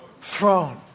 Throne